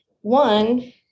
one